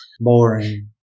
boring